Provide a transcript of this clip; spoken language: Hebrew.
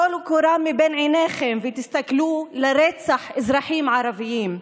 טלו קורה מבין עיניכם ותסתכלו על רצח אזרחים ערבים,